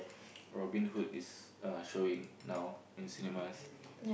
Robin Hood is uh showing now in cinemas